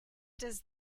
does